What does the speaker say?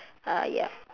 uh ya